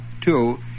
Two